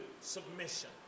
submission